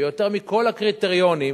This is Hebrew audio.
ויותר מכל הקריטריונים